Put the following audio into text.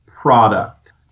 product